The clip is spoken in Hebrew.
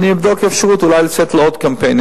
אבל אני אבדוק אפשרות אולי לצאת בעוד קמפיין,